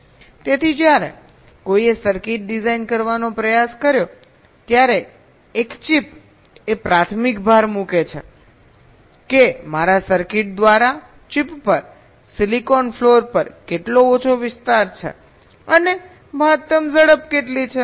તેથી જ્યારે કોઈએ સર્કિટ ડિઝાઇન કરવાનો પ્રયાસ કર્યો ત્યારે એક ચિપ એ પ્રાથમિક ભાર મૂકે છે કે મારા સર્કિટ દ્વારા ચિપ પર સિલિકોન ફ્લોર પર કેટલો ઓછો વિસ્તાર છે અને મહત્તમ ઝડપ કેટલી છે